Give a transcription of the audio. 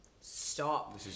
stop